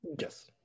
Yes